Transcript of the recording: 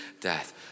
death